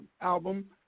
album